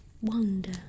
wonder